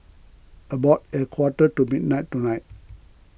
about a quarter to midnight tonight